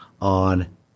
on